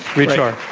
reid schar.